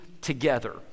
together